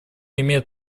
имеет